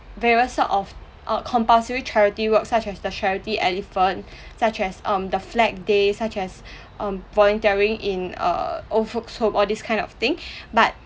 various of uh compulsory charity work such as the sharity elephant such as um the flag day such as um volunteering in err old folks home all this kind of thing but